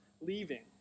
leaving